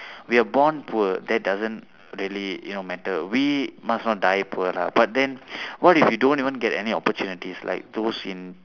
we are born poor that doesn't really you know matter we must not die poor lah but then what if you don't even get any opportunities like those in